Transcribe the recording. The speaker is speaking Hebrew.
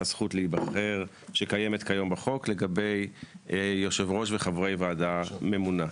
הזכות להיבחר שקיימת היום בחוק לגבי יושב ראש וחברי ועדה ממונה.